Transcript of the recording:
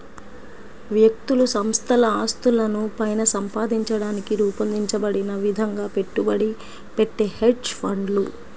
వ్యక్తులు సంస్థల ఆస్తులను పైన సంపాదించడానికి రూపొందించబడిన విధంగా పెట్టుబడి పెట్టే హెడ్జ్ ఫండ్లు